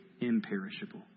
imperishable